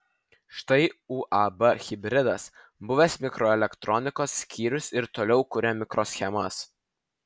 štai uab hibridas buvęs mikroelektronikos skyrius ir toliau kuria mikroschemas